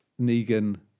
Negan